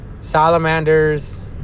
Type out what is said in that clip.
Salamanders